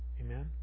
Amen